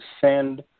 send